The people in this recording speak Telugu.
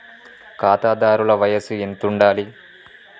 ఖాతాదారుల వయసు ఎంతుండాలి?